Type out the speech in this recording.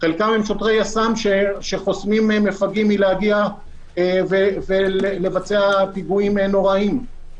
חלקם הם שוטרי יס"מ שחוסמים מפגעים מלהגיע ולבצע פיגועים נוראיים.